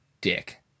dick